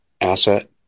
asset